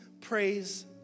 praise